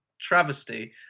travesty